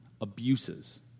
abuses